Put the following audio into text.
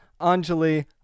anjali